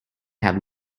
have